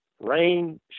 rain